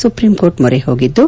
supreme court ಮೊರೆ ಹೋಗಿದ್ದು